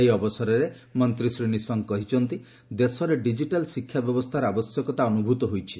ଏହି ଅବସରରେ ମନ୍ତ୍ରୀ ଶ୍ରୀ ନିଶଙ୍କ କହିଛନ୍ତି ଦେଶରେ ଡିଜିଟାଲ୍ ଶିକ୍ଷା ବ୍ୟବସ୍ଥାର ଆବଶ୍ୟକତା ଅନୁଭୂତ ହୋଇଛି